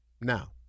Now